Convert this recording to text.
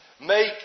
make